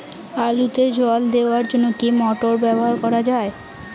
আলুতে জল দেওয়ার জন্য কি মোটর ব্যবহার করা যায়?